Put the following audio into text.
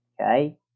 Okay